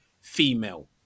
female